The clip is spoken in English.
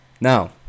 Now